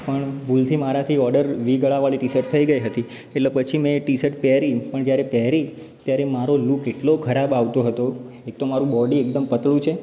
પણ ભૂલથી મારાથી ઓર્ડર વી ગળાવાળી ટી શર્ટ થઇ ગઈ હતી એટલે પછી મેં એ ટી શર્ટ પહેરી પણ જયારે પહેરી ત્યારે મારો લૂક એટલો ખરાબ આવતો હતો એક તો મારું બોડી એકદમ પાતળું છે